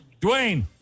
Dwayne